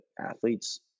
athletes